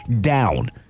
down